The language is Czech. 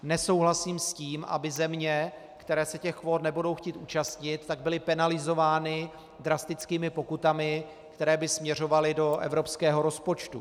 Nesouhlasím s tím, aby země, které se kvót nebudou chtít účastnit, byly penalizovány drastickými pokutami, které by směřovaly do evropského rozpočtu.